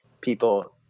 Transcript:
people